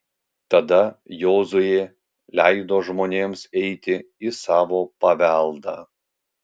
tada jozuė leido žmonėms eiti į savo paveldą